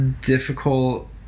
difficult